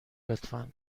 لطفا